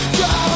go